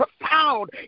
profound